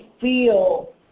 feel